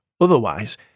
Otherwise